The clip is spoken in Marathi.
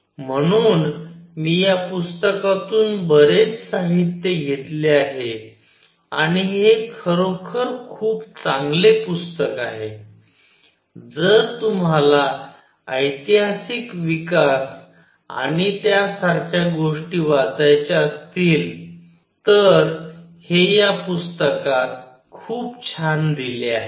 म्हणून मी या पुस्तकातून बरेच साहित्य घेतले आहे आणि हे खरोखर खूप चांगले पुस्तक आहे जर तुम्हाला ऐतिहासिक विकास आणि त्यासारख्या गोष्टी वाचायच्या असतील तर हे या पुस्तकात खूप छान दिले आहे